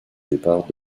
départ